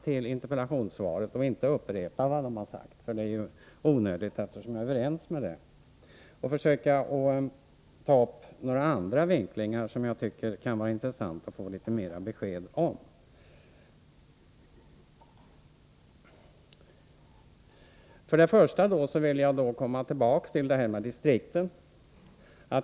Jag skall inte upprepa vad de har sagt — det är onödigt eftersom vi är överens. Jag skall i stället försöka ta upp några andra vinklingar som jag tycker att det kan vara intressant att få besked om. Först vill jag komma tillbaka till det här med distrikten.